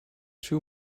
two